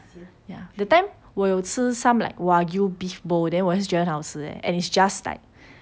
ya that time 我有吃 some like wagyu beef bowl then 我也是觉得很好吃 leh and it's just like